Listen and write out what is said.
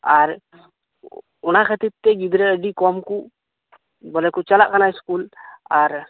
ᱟᱨ ᱚᱱᱟ ᱠᱷᱟᱹᱛᱤᱨ ᱛᱮ ᱜᱤᱫᱽᱨᱟᱹ ᱟᱹᱰᱤ ᱠᱚᱢ ᱠᱚ ᱵᱚᱞᱮ ᱠᱚ ᱪᱟᱞᱟᱜ ᱠᱟᱱᱟ ᱥᱠᱩᱞ ᱟᱨ